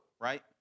right